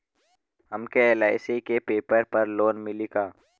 हमके एल.आई.सी के पेपर पर लोन मिली का?